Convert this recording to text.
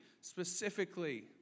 specifically